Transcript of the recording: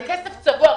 זה כסף צבוע.